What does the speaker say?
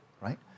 right